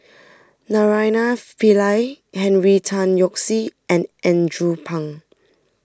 Naraina Pillai Henry Tan Yoke See and Andrew Phang